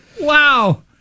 Wow